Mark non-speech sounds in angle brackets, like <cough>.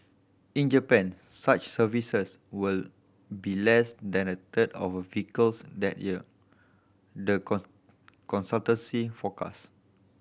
in Japan such services will be less than a third of vehicles that year the <unintelligible> consultancy forecasts